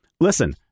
listen